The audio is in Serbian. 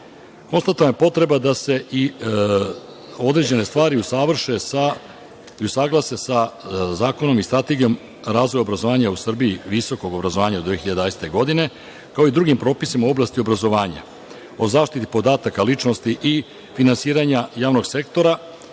Konstatovana je potreba da se i određene stvari usavrše i usaglase sa zakonom i strategijom razvoja obrazovanja u Srbiji visokog obrazovanja u 2011. godini, kao i drugim propisima u oblasti obrazovanja, o zaštiti podataka ličnosti i finansiranja javnog sektora,